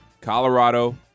Colorado